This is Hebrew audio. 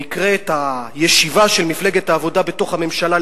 שנקראת הישיבה של מפלגת העבודה בתוך הממשלה,